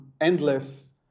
endless